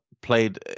played